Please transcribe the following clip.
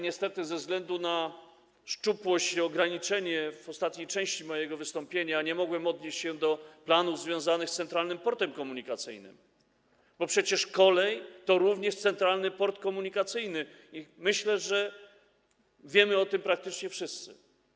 Niestety ze względu na szczupłość i ograniczenie czasu w ostatniej części mojego wystąpienia nie mogłem odnieść się do planów związanych z Centralnym Portem Komunikacyjnym, bo przecież kolej to również Centralny Port Komunikacyjny i myślę, że wiemy o tym praktycznie wszyscy.